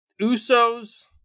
Usos